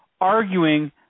arguing